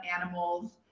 animals